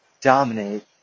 dominate